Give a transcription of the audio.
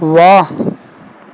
ਵਾਹ